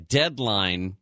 deadline